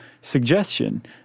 suggestion